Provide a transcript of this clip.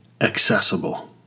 accessible